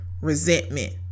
resentment